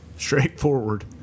Straightforward